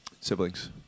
Siblings